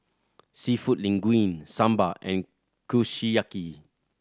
Seafood Linguine Sambar and Kushiyaki